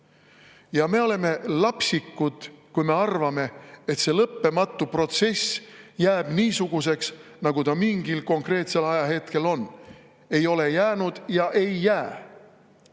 Me oleme lapsikud, kui me arvame, et see lõppematu protsess jääb niisuguseks, nagu ta mingil konkreetsel ajahetkel on. Ei ole jäänud ja ei jää.